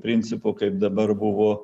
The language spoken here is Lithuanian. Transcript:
principu kaip dabar buvo